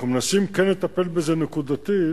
אנחנו מנסים כן לטפל בזה נקודתית.